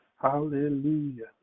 Hallelujah